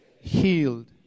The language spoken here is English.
healed